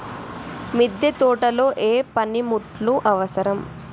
మిద్దె తోటలో ఏ పనిముట్లు అవసరం?